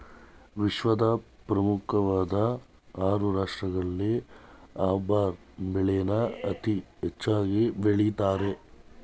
ವಿಶ್ವದ ಪ್ರಮುಖ್ವಾಧ್ ಆರು ರಾಷ್ಟ್ರಗಳಲ್ಲಿ ರಬ್ಬರ್ ಬೆಳೆನ ಅತೀ ಹೆಚ್ಚಾಗ್ ಬೆಳಿತಾರೆ